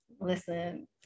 listen